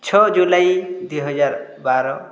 ଛଅ ଜୁଲାଇ ଦୁଇହଜାର ବାର